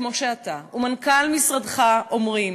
כמו שאתה ומנכ"ל משרדך אומרים,